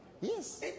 yes